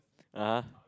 uh [huh]